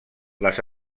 les